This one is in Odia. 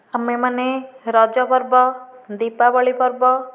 ଆମେ ମାନେ ରଜ ପର୍ବ ଦୀପାବଳି ପର୍ବ